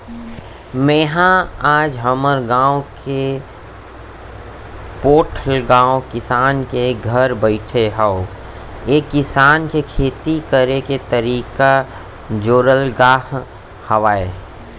मेंहा आज हमर गाँव के पोठलगहा किसान के घर बइठे हँव ऐ किसान के खेती करे के तरीका जोरलगहा हावय